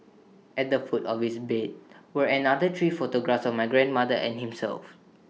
at the foot of his bed were another three photographs of my grandmother and himself